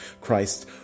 Christ